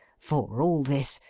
for all this,